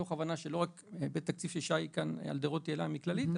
מתוך הבנה שלא רק היבט תקציבי ששי אלדרוטי מכללית העלה,